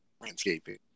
landscaping